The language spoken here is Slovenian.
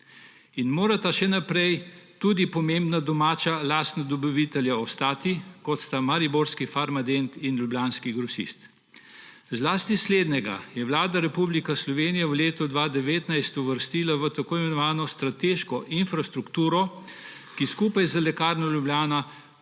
morata tudi pomembna domača lastna dobavitelja ostati, kot sta mariborski Farmadent in ljubljanski Grosist. Zlasti slednjega je Vlada Republike Slovenije v letu 2019 uvrstila v tako imenovano strateško infrastrukturo, ki mora skupaj z Lekarno Ljubljana